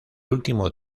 último